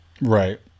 Right